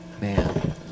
Man